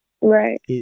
right